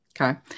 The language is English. Okay